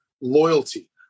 loyalty